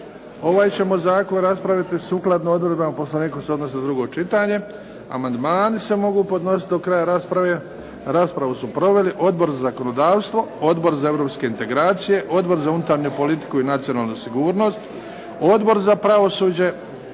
Ovaj ćemo zakon raspraviti sukladno odredbama Poslovnika koji se odnosi na drugo čitanje. Amandmani se mogu podnositi do kraja rasprave. Raspravu su proveli Odbor za zakonodavstvo, Odbor za europske integracije, Odbor za unutarnju politiku i nacionalnu sigurnost, Odbor za pravosuđe,